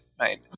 right